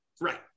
Right